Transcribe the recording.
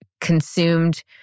consumed